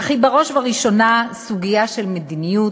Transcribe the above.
אך היא בראש ובראשונה סוגיה של מדיניות,